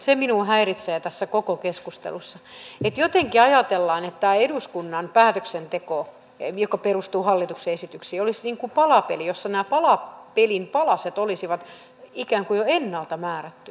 se minua häiritsee tässä koko keskustelussa että jotenkin ajatellaan että tämä eduskunnan päätöksenteko joka perustuu hallituksen esityksiin olisi palapeli jossa nämä palapelin palaset olisivat ikään kuin jo ennalta määrättyjä